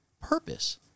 purpose